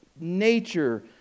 nature